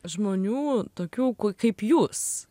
žmonių tokių ku kaip jūs